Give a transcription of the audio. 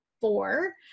four